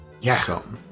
Yes